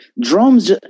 drums